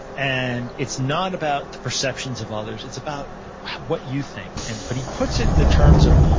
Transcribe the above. and it's not about the perceptions of others, it's about what you think, and but he puts it in the terms of,